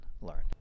learn